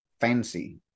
fancy